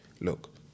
look